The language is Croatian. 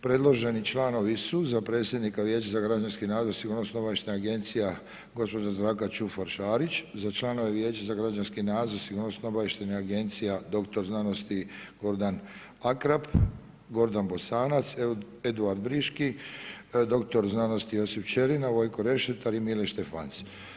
Predloženi članovi su za predsjednika Vijeća za građanski nadzor sigurnosno-obavještajnih agencija gospođa Zdravka Ćufor-Šarić, za članove Vijeća za građanski nadzor sigurnosno-obavještajnih agencija doktor znanosti Gordan Akrap, Gordan Bosanac, Eduard Briški, doktor znanosti Josip Ćerina, Vojko Rešetar i Mile Štefanc.